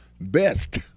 best